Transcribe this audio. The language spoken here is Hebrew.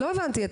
לא הבנתי,